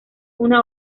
una